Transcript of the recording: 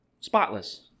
spotless